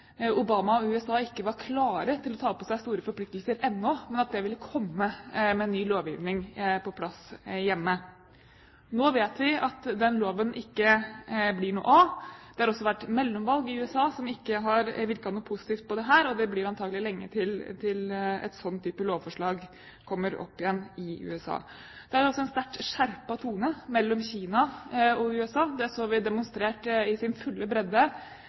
Obama og USA ikke var klar til å ta på seg store forpliktelser ennå, men at det ville komme med ny lovgivning på plass hjemme. Nå vet vi at den loven ikke blir noe av. Det har også vært mellomvalg i USA som ikke har virket positivt på dette, og det blir antakelig lenge til en sånn type lovforslag kommer opp igjen i USA. Det er også en sterkt skjerpet tone mellom Kina og USA. Det så vi demonstrert i sin fulle bredde